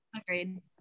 Agreed